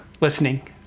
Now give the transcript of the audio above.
listening